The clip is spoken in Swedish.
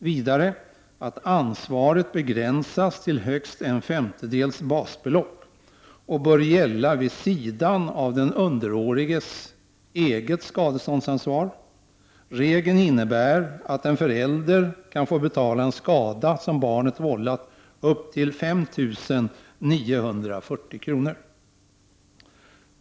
Ansvaret skall begränsas till högst en femtedel av ett basbelopp och bör gälla vid sidan av den underåriges eget skadeståndsansvar. Regeln innebär att en förälder för en skada som barnet vållat kan få betala upp till 5 940 kr.